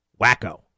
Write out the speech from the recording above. wacko